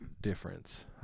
difference